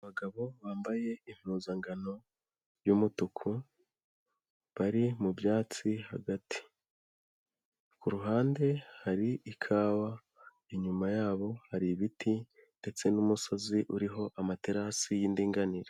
Abagabo bambaye impuzangano, y'umutuku bari mu byatsi hagati. Kuruhande hari ikawa, inyuma yabo hari ibiti ndetse n'umusozi uriho amaterasi y'indinganire.